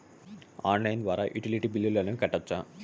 Online ద్వారా utility బిల్లులను కట్టొచ్చా?